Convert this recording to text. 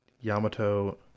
Yamato